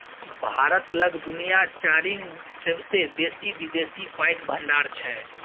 भारत लग दुनिया चारिम सेबसे बेसी विदेशी पाइक भंडार छै